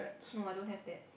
no I don't have that